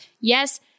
Yes